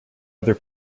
other